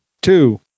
two